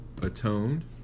Atoned